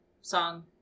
song